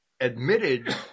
admitted